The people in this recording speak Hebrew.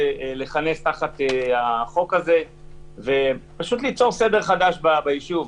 לכנס תחת החוק הזה וליצור סדר חדש בישוב.